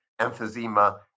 emphysema